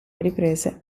riprese